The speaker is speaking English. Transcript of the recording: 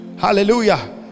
Hallelujah